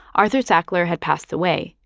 arthur sackler had passed away.